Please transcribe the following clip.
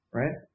right